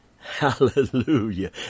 Hallelujah